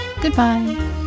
goodbye